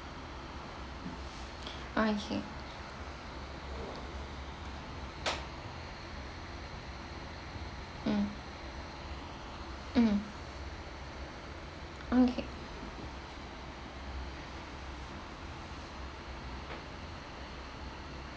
okay mm mm okay